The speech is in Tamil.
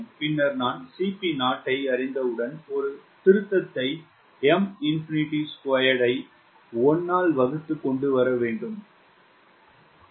பின்னர் நான் Cp0 ஐ அறிந்தவுடன் ஒரு திருத்தத்தை M2 1 ஆல் வகுத்து கொண்டு வர முடியும்